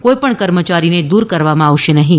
કોઇ પણ કર્મચારીને દૂર કરવામાં આવશે નહીં